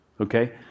Okay